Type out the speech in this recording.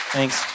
Thanks